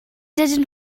dydyn